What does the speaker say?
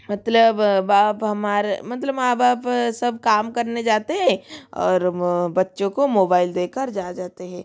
मतलब बाप हमारे मतलब माँ बाप सब काम करने जाते हैं और बच्चों को मोबाइल दे कर जा जाते हैं